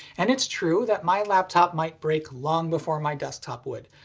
and it's true that my laptop might break long before my desktop would.